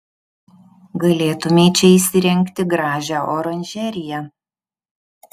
galėtumei čia įsirengti gražią oranžeriją